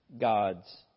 God's